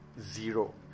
zero